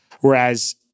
Whereas